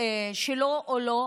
שלו או לא.